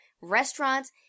restaurants